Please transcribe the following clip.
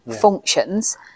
functions